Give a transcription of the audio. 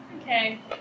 Okay